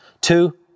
two